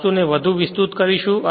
આ વસ્તુને વધુ વિસ્તૃત કરીશું